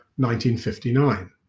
1959